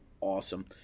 awesome